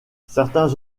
certains